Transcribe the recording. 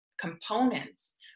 components